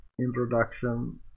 introduction